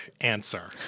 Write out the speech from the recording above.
answer